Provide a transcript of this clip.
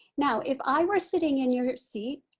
now if i were sitting in your seat,